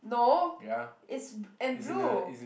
no it's and blue